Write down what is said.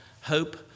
Hope